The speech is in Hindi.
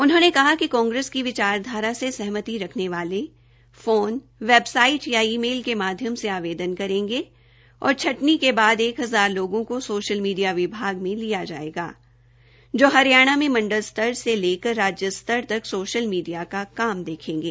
उनहोंने कहा कि कांग्रेस की विचारधारा से सहमति रखने वाले फोन फोन वेबसाइट या ई मेल के माध्यम से आवेदन करेंगे और छंटनी के बाद एक हजार लोगों को सोशल मीडिया विभाग में लिया जायेगा जो हरियाणा में मंडल स्तर से लेकर राज्य स्तर तक सोशल मीडिया का काम देखेंगे